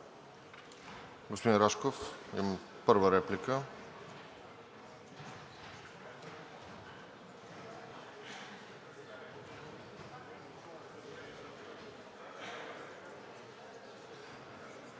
Господин Рашков – първа реплика.